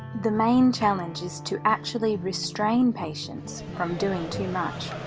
the main challenge is to actually restrain patients from doing too much.